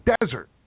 desert